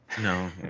No